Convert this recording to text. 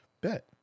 Bet